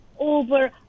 over